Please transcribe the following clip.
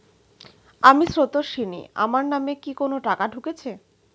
আমি স্রোতস্বিনী, আমার নামে কি কোনো টাকা ঢুকেছে?